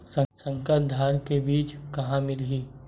संकर धान के बीज कहां मिलही?